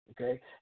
okay